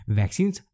vaccines